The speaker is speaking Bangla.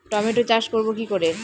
টমেটোর চাষ করব কি করে?